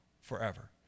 forever